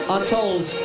Untold